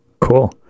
Cool